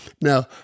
Now